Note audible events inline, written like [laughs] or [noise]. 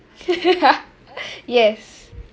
[laughs] yes